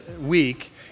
week